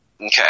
Okay